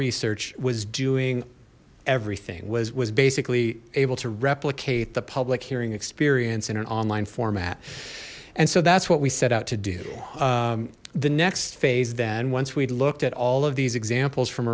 research was doing everything was was basically able to replicate the public hearing experience in an online format and so that's what we set out to do the next phase then once we'd looked at all of these examples from